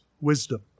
wisdom